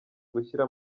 gushyira